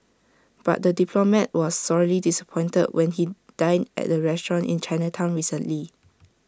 but the diplomat was sorely disappointed when he dined at the restaurant in Chinatown recently